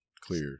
Clear